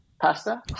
pasta